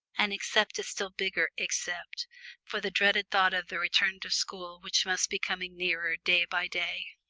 and except a still bigger except for the dreaded thought of the return to school which must be coming nearer day by day.